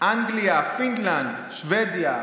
אנגליה, פינלנד, שבדיה,